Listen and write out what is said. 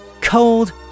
Cold